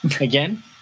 again